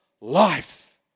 life